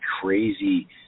crazy